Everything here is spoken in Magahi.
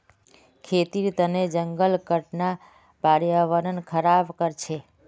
खेतीर तने जंगल काटना पर्यावरण ख़राब कर छे